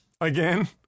Again